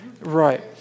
Right